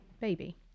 baby